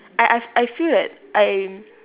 I I I feel that I